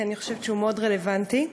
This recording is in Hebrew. כי אני חושבת שהוא רלוונטי מאוד.